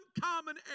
common